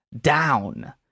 down